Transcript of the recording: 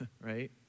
right